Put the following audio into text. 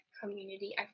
community